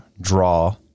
draw